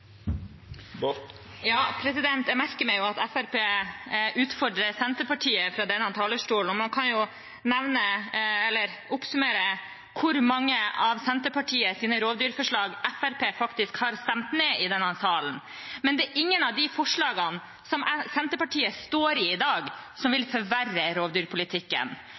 Jeg merker meg at Fremskrittspartiet utfordrer Senterpartiet fra denne talerstolen, og man kan jo oppsummere hvor mange av Senterpartiets rovdyrforslag Fremskrittspartiet faktisk har stemt ned i denne salen. Det er ingen av de forslagene som Senterpartiet står i i dag, som vil forverre rovdyrpolitikken,